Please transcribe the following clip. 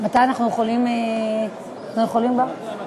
אחרי "נאום